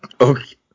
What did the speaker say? Okay